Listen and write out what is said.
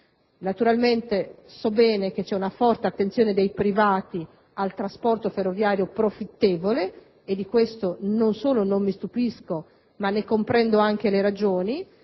Naturalmente, so bene che c'è una forte attenzione dei privati al trasporto ferroviario profittevole e di questo non solo non mi stupisco, ma comprendo anche le ragioni.